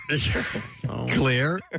Clear